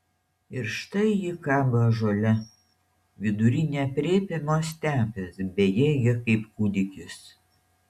ir štai ji kabo ąžuole vidury neaprėpiamos stepės bejėgė kaip kūdikis